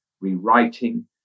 rewriting